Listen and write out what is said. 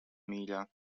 mīļā